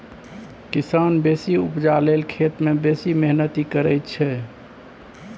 किसान बेसी उपजा लेल खेत मे बेसी मेहनति करय छै